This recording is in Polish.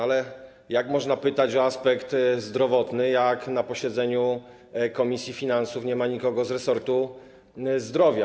Ale jak można pytać o aspekty zdrowotne, gdy na posiedzeniu komisji finansów nie ma nikogo z resortu zdrowia?